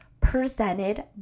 presented